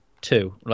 two